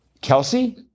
Kelsey